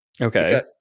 Okay